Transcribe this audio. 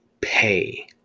pay